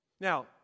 Now